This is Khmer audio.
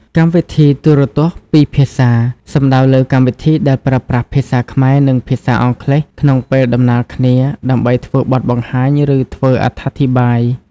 កម្មវិធីទូរទស្សន៍ពីរភាសា សំដៅលើកម្មវិធីដែលប្រើប្រាស់ភាសាខ្មែរនិងភាសាអង់គ្លេសក្នុងពេលដំណាលគ្នាដើម្បីធ្វើបទបង្ហាញ ឬធ្វើអត្ថាធិប្បាយ។